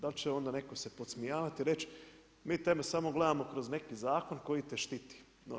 Da li će onda netko se podsmijavati, reći mi tebe samo gledamo kroz neki zakon koji te štiti.